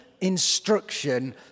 instruction